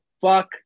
fuck